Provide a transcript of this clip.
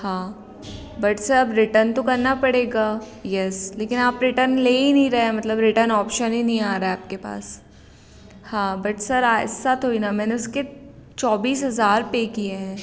हाँ but sir अब return तो करना पड़ेगा येस लेकिन आप रिटर्न ले ही नहीं रहे हैं मतलब रिटर्न ऑप्शन ही नहीं आ रहा है आपके पास हाँ बट सर ऐसा थोड़े ना मैंने उसके चौबीस हज़ार पे किए हैं